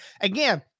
again